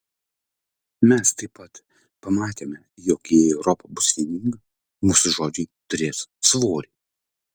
mes taip pat pamatėme jog jei europa bus vieninga mūsų žodžiai turės svorį